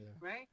Right